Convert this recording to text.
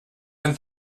and